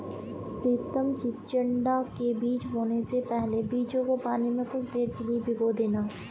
प्रितम चिचिण्डा के बीज बोने से पहले बीजों को पानी में कुछ देर के लिए भिगो देना